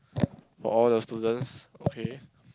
for all the students okay